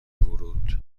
ورود